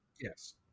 Yes